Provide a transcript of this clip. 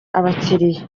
abakiriya